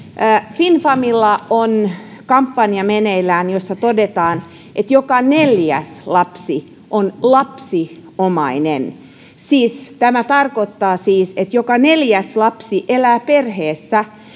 finfamilla on meneillään kampanja jossa todetaan että joka neljäs lapsi on lapsiomainen tämä tarkoittaa siis että joka neljäs lapsi elää perheessä